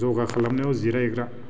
जगा खालामनायाव जिरायग्रा